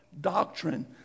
doctrine